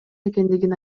экендигин